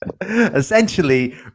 Essentially